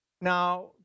Now